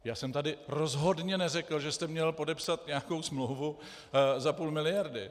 Já jsem tu rozhodne neřekl, že jste měl podepsat nějakou smlouvu za půl miliardy.